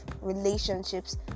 relationships